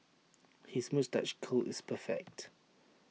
his moustache curl is perfect